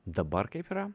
dabar kaip yra